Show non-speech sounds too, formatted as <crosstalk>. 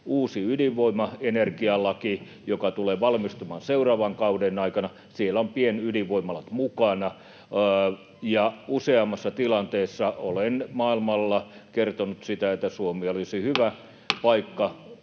uusi ydinvoimaenergialaki, joka tulee valmistumaan seuraavan kauden aikana. Siellä on pien-ydinvoimalat mukana, ja useammassa tilanteessa olen maailmalla kertonut, <noise> että Suomi olisi hyvä paikka